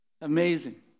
Amazing